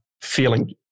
feeling